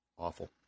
Awful